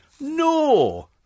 No